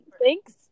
Thanks